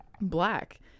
black